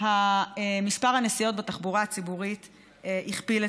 מספר הנסיעות בתחבורה הציבורית הוכפל.